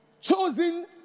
chosen